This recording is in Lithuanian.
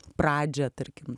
pradžią tarkim